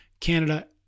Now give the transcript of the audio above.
Canada